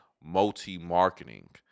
multi-marketing